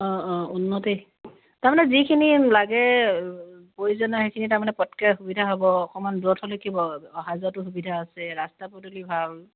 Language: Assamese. অঁ অঁ উন্নতেই তাৰমানে যিখিনি লাগে প্ৰয়োজনীয় সেইখিনি তাৰমানে পটককৈ সুবিধা হ'ব অকণমান দূৰত হ'লে কি হ'ব অহা যোৱাটো সুবিধা আছে ৰাস্তা পদূলি ভাল